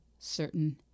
certain